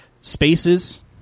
spaces